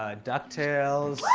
ah ducktales.